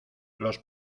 los